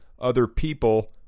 OtherPeople